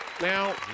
Now